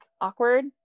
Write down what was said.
awkward